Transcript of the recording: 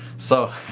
so.